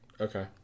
Okay